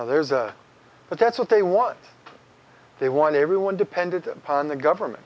now there's a but that's what they want they want everyone depended upon the government